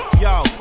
Yo